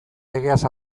legeaz